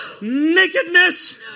Nakedness